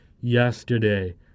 Yesterday